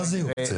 מה זה יוקצה?